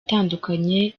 itandukanye